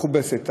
מכובסת,